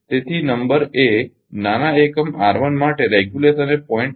તેથી નંબર એ નાના એકમ R1 માટે નિયમન એ 0